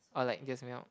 or like just milk